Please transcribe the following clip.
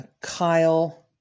Kyle